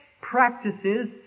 practices